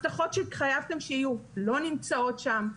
הבטחות שהתחייבתם שיהיו לא נמצאות שם.